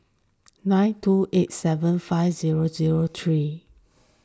nine two eight seven five zero zero three